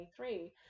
2023